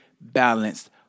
balanced